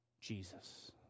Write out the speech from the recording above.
Jesus